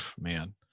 man